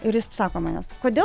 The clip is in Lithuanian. ir jis sako ant manęs kodėl